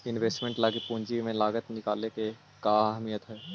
Investor लागी पूंजी के लागत निकाले के का अहमियत हई?